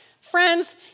Friends